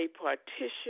partition